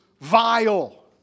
vile